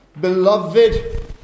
Beloved